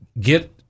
get